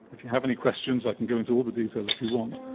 if you have any questions i can go into all the details if you want.